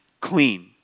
clean